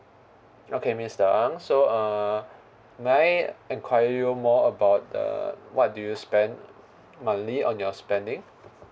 okay mister ang so uh may I enquire you more about the what do you spend monthly on your spending